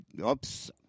Oops